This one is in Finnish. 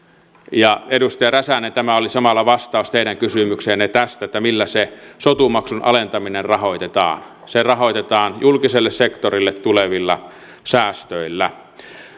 ja edustaja räsänen tämä oli samalla vastaus teidän kysymykseenne tästä että millä se sotu maksun alentaminen rahoitetaan se rahoitetaan julkiselle sektorille tulevilla säästöillä